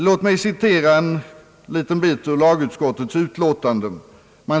Låt mig citera ett stycke ur lagutskottets utlåtande.